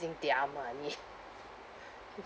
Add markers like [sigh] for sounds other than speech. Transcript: their money [laughs]